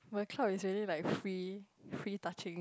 but club is actually like free free touching